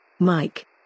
Mike